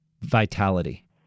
vitality